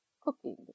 cooking